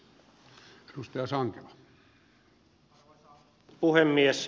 arvoisa puhemies